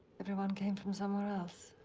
everyone came from somewhere else.